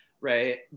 right